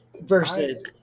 versus